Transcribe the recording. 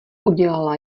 udělala